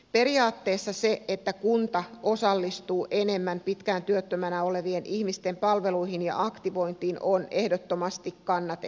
periaatteessa se että kunta osallistuu enemmän pitkään työttömänä olevien ihmisten palveluihin ja aktivointiin on ehdottomasti kannatettavaa